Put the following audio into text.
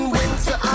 winter